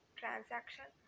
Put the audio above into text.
transaction